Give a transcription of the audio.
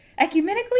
Ecumenically